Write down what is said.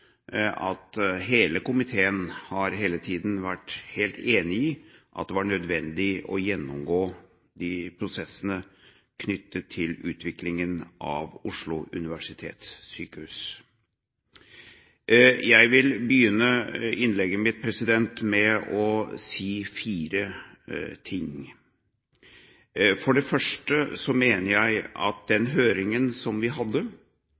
at hele komiteen har hele tiden vært helt enig i at det var nødvendig å gjennomgå prosessene knyttet til utviklingen av Oslo universitetssykehus. Jeg vil begynne innlegget mitt med å si fire ting. For det første mener jeg at den høringen vi hadde,